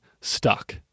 stuck